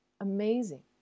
amazing